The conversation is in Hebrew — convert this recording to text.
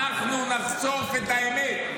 אנחנו נחשוף את האמת,